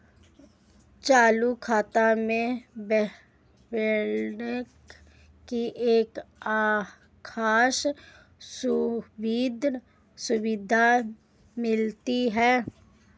चालू खाता में ओवरड्राफ्ट की एक खास सुविधा मिलती है